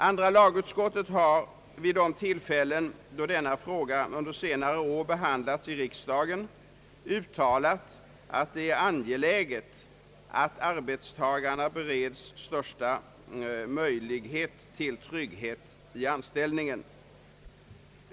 Andra lagutskottet har vid de tillfällen då denna fråga under senare år behandlats i riksdagen uttalat, att det är angeläget att arbetstagarna bereds största möjlighet till trygghet i anställningen.